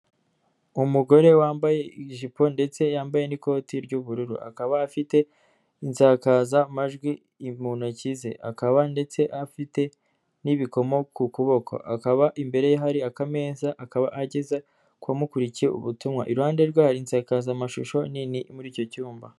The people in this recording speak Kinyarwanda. Umugore wambaye ijipo ndetse yambaye n'ikoti ry'ubururu, akaba afite insakazamajwi mu ntoki ze akaba ndetse afite n'ibikomo ku kuboko. Akaba imbere ye hari akameza akaba ageza ku bamukurikiye ubutumwa, iruhande rwe hari insakazamashusho nini muri icyo cyumba.